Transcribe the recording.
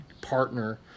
partner